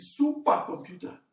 supercomputer